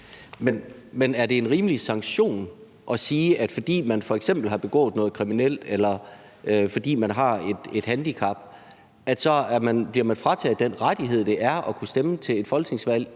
Men er det en rimelig sanktion at sige, at fordi man f.eks. har begået noget kriminelt, eller fordi man har et handicap, så bliver man frataget den rettighed, det er at kunne stemme ved et folketingsvalg